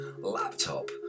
laptop